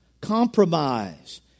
Compromise